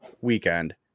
weekend